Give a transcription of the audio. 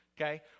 okay